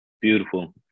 Beautiful